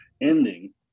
ending